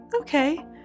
okay